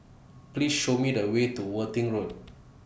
Please Show Me The Way to Worthing Road